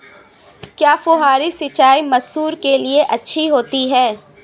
क्या फुहारी सिंचाई मसूर के लिए अच्छी होती है?